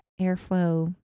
airflow